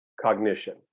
cognition